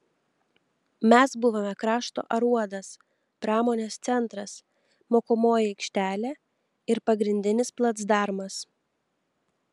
mes buvome krašto aruodas pramonės centras mokomoji aikštelė ir pagrindinis placdarmas